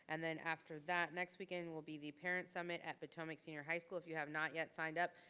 and then after that next weekend will be the parent summit at potomac senior high school. if you have not yet signed up,